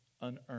unearned